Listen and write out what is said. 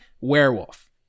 Werewolf